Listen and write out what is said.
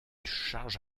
charge